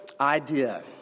idea